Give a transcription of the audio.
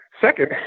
second